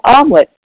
omelet